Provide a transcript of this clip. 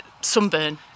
sunburn